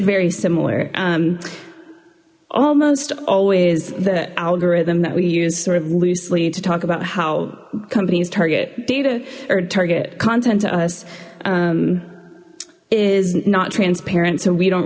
very similar almost always the algorithm that we use sort of loosely to talk about how companies target data or target content to us is not transparent so we don't